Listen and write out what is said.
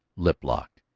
lip-locked,